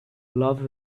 love